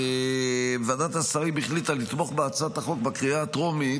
ועדת השרים החליטה לתמוך בהצעת החוק בקריאה הטרומית,